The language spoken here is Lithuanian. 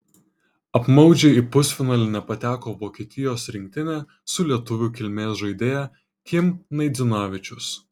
apmaudžiai į pusfinalį nepateko vokietijos rinktinė su lietuvių kilmės žaidėja kim naidzinavičius